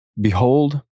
Behold